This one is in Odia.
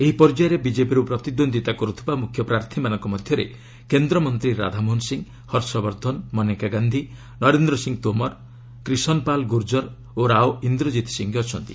ଏହି ପର୍ଯ୍ୟାୟରେ ବିଜେପିରୁ ପ୍ରତିଦ୍ୱନ୍ଦ୍ୱିତା କରୁଥିବା ମୁଖ୍ୟ ପ୍ରାର୍ଥୀମାନଙ୍କ ମଧ୍ୟରେ କେନ୍ଦ୍ରମନ୍ତ୍ରୀ ରାଧାମୋହନ ସିଂହ ହର୍ଷ ବର୍ଦ୍ଧନ ମନେକା ଗାନ୍ଧି ନରେନ୍ଦ୍ର ସିଂହ ତୋମର କ୍ରିଶନପାଲ ଗୁର୍ଜର ଓ ରାଓ ଇନ୍ଦ୍ରକିତ ସିଂହ ଅଛନ୍ତି